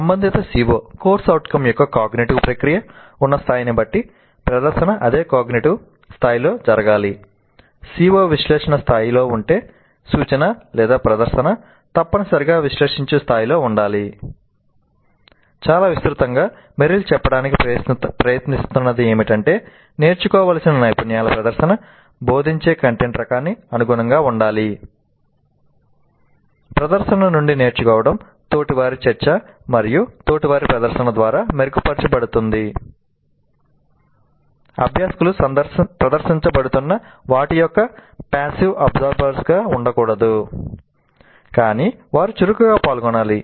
సంబంధిత CO యొక్క cognitive గా ఉండకూడదు కాని వారు చురుకుగా పాల్గొనాలి